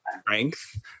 strength